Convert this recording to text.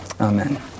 amen